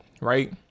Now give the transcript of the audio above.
right